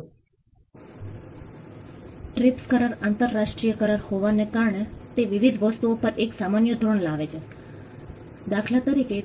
તેમને મેપિંગ કરવામાં મદદ કરો અને હું કહું છું કે અમે સર્વેક્ષણકાર તરીકે